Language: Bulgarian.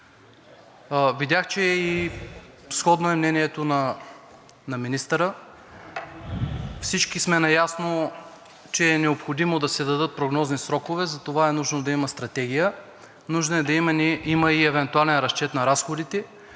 Видях, че сходно е и мнението на министъра. Всички сме наясно, че е необходимо да се дадат прогнозни срокове, затова е нужно да има стратегия. Нужно е да има и евентуален разчет на разходите.